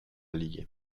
league